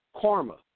karma